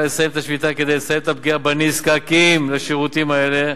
כדי לסיים את הפגיעה בנזקקים לשירותים האלה,